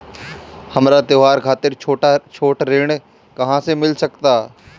हमरा त्योहार खातिर छोट ऋण कहाँ से मिल सकता?